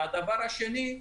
והדבר השני,